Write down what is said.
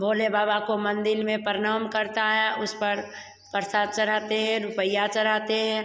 भोले बाबा को मंदिर में प्रणाम करता है उस पर प्रसाद चढ़ाते हे रुपये चढ़ाते हैं